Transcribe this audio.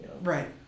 Right